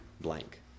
blank